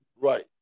Right